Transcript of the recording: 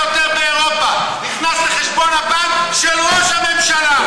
ביותר באירופה נכנס לחשבון הבנק של ראש הממשלה.